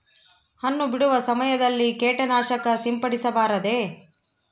ಹಣ್ಣು ಬಿಡುವ ಸಮಯದಲ್ಲಿ ಕೇಟನಾಶಕ ಸಿಂಪಡಿಸಬಾರದೆ?